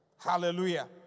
Hallelujah